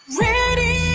ready